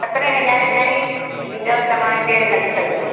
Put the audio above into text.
सत्रहे हज़ारे ताईं इनजो तव्हांखे लॻी सघदव